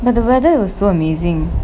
but the weather was so amazing